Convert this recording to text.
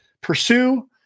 pursue